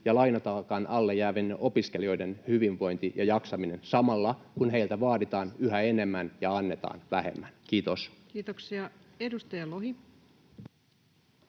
ja lainataakan alle jäävien opiskelijoiden hyvinvointi ja jaksaminen samalla, kun heiltä vaaditaan yhä enemmän ja annetaan vähemmän? — Kiitos. [Speech